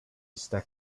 stuck